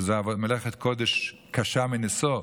שזה מלאכת קודש קשה מנשוא,